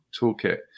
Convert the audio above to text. toolkit